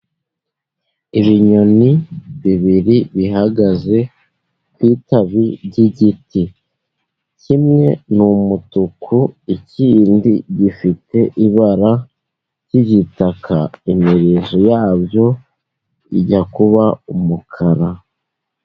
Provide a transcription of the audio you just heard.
Ibinyoni bibiri bihagaze ku ishami ry'igiti, kimwe ni umutuku ikindi gifite ibara ry'igitaka, imirizo yabyo ijya kuba umukara.